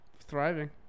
thriving